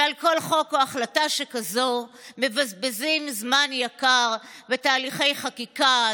ועל כל חוק או החלטה שכזו מבזבזים זמן יקר בתהליכי חקיקה,